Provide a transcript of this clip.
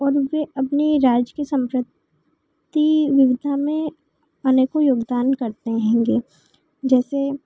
और उसे अपने राज्य की संपत्ति विविधा में अनेकों योगदान करते हैंगे जैसे